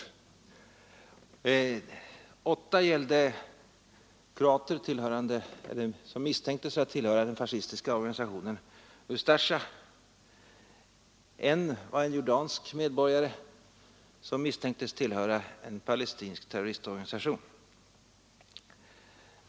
Åtta ärenden gällde kroater, som misstänktes tillhöra den fascistiska organisationen Ustasja, ett gällde en jordansk medborgare som misstänktes tillhöra en palestinsk terroristorganisation.